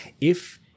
if-